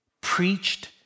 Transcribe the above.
preached